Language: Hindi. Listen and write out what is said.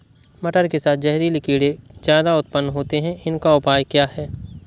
मटर के साथ जहरीले कीड़े ज्यादा उत्पन्न होते हैं इनका उपाय क्या है?